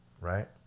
right